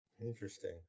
Interesting